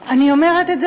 אני אומרת את זה,